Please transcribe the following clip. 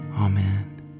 Amen